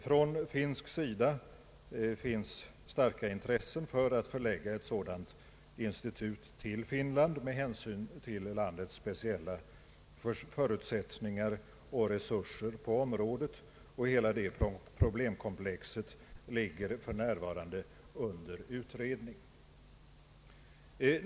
Från finländsk sida finns starka intressen för att förlägga ett sådant institut till Finland med hänsyn till landets speciella förutsättningar och resurser på området. Hela detta problemkomplex ligger för närvarande under utredning.